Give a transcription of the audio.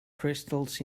crystals